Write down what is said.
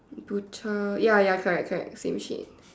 butcher ya ya correct same shade